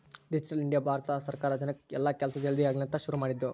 digital India Bharat ಸರ್ಕಾರ ಜನಕ್ ಎಲ್ಲ ಕೆಲ್ಸ ಜಲ್ದೀ ಆಗಲಿ ಅಂತ ಶುರು ಮಾಡಿದ್ದು